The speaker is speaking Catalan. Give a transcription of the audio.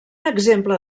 exemple